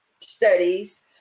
studies